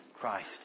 Christ